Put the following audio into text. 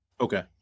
Okay